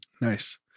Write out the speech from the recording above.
Nice